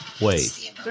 wait